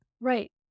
Right